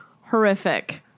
horrific